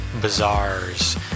bazaars